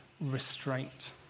restraint